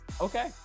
Okay